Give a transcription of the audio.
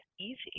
easy